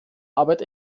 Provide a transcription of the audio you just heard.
arbeit